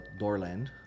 Doorland